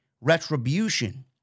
Retribution